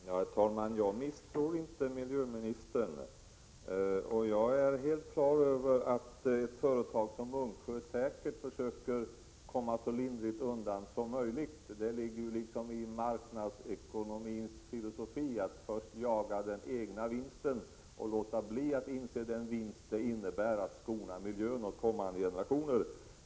Herr talman! Jag misstror inte miljöministern. Jag är helt på det klara med att ett företag som Munksjö säkerligen försöker att komma så lindrigt undan som möjligt. Det ligger ju i marknadsekonomins filosofi att först jaga den egna vinsten och att underlåta att inse den vinst som det innebär att skona miljön åt kommande generationer.